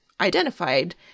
identified